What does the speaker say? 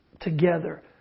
together